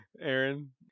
Aaron